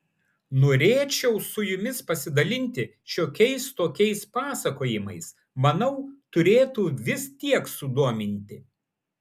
norėčiau su jumis pasidalinti šiokiais tokiais pasakojimais manau turėtų vis tiek sudominti